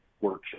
workshop